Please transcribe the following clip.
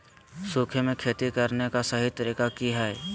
सूखे में खेती करने का सही तरीका की हैय?